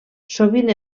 sovint